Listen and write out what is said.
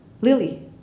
Lily